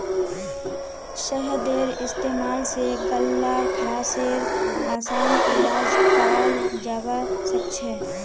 शहदेर इस्तेमाल स गल्लार खराशेर असान इलाज कराल जबा सखछे